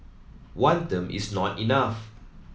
one term is not enough